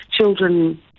children